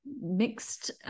mixed